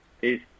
Peace